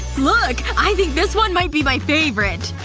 look, i think this one might be my favorite